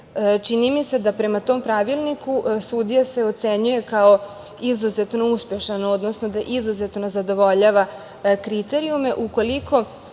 Čini mi se da prema tom Pravilniku sudija se ocenjuje kao izuzetno uspešan, odnosno da izuzetno zadovoljava kriterijume ukoliko